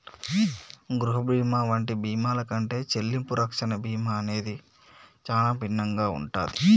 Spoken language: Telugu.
గృహ బీమా వంటి బీమాల కంటే చెల్లింపు రక్షణ బీమా అనేది చానా భిన్నంగా ఉంటాది